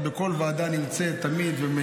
את נמצאת תמיד בכל ועדה,